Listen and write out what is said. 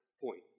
point